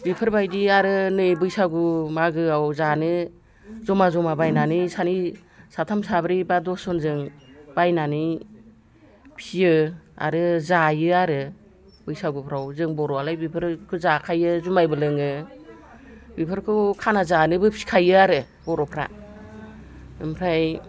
बेफोरबायदि आरो नै बैसागु मागोआव जानो जमा जमा बायनानै सानै साथाम साब्रै बा दस जनजों बायनानै फिसियो आरो जायो आरो बैसागुफ्राव जों बर'आलाय बेफोरखौ जाखायो जुमायबो लोङो बेफोरखौ खाना जानोबो फिसिखायो आरो बर'फ्रा ओमफ्राय